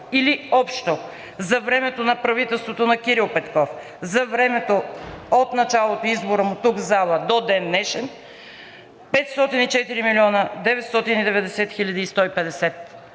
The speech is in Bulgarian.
Или общо за времето на правителството на Кирил Петков – за времето от началото, избора му тук в залата, до ден днешен – 504 млн. 990 хил. 150